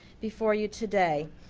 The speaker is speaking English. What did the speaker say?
before you today.